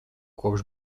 kopš